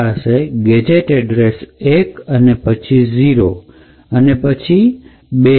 આપણી પાસે gadget address ૧ પછી ૦ અને ત્યાર પછી ૨ નું એડ્રેસ છે